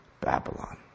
Babylon